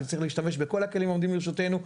אנחנו צריכים להשתמש בכל הכלים העומדים לרשותנו,